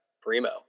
primo